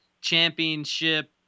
Championship